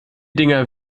dinger